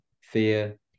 fear